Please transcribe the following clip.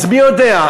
אז מי יודע,